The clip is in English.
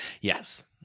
yes